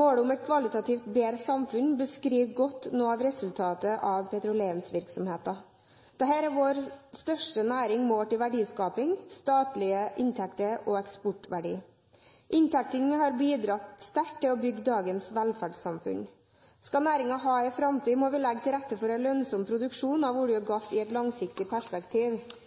Målet om et kvalitativt bedre samfunn beskriver godt noe av resultatet av petroleumsvirksomheten. Dette er vår største næring målt i verdiskaping, statlige inntekter og eksportverdi. Inntektene har bidratt sterkt til å bygge dagens velferdssamfunn. Skal næringen ha en framtid, må vi legge til rette for en lønnsom produksjon av olje og gass i